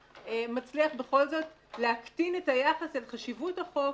מצליח בכל זאת להקטין את היחס אל חשיבות החוק,